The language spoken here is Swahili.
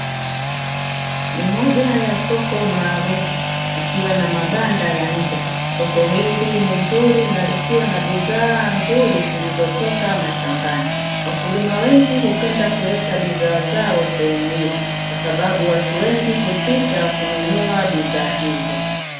Ni moja ya soko maarufu likiwa na mabanda ya nje soko hili ni zuri na likiwa na bidhaa nzuri zilizotoka mashambani, wakulima wengi hupenda kuleta bidhaa zao sehemu hiyo kwa sababu watu wengi hupita kununua bidhaa hizo.